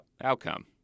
outcome